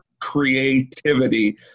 creativity